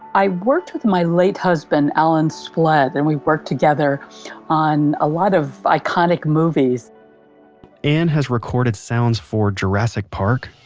i worked with my late husband alan splet and we worked together on a lot of iconic movies ann has recorded sounds for jurassic park,